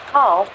Call